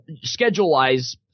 schedule-wise